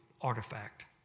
Artifact